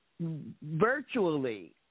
virtually